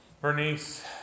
Bernice